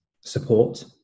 support